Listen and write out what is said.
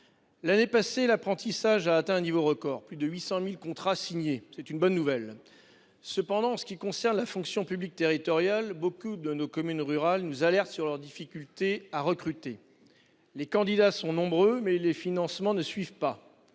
L'année passée, l'apprentissage a atteint un niveau record, puisque plus de 800 000 contrats ont été signés. C'est une bonne nouvelle ! Toutefois, en ce qui concerne la fonction publique territoriale, nombre de nos communes rurales nous alertent sur leurs difficultés à recruter. Les candidats sont nombreux, mais les financements ne suivent pas.